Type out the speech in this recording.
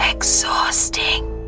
Exhausting